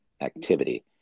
activity